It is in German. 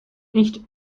nicht